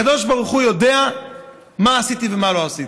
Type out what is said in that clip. הקדוש ברוך הוא יודע מה עשיתי ומה לא עשיתי.